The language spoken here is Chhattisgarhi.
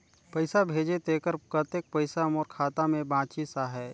पइसा भेजे तेकर कतेक पइसा मोर खाता मे बाचिस आहाय?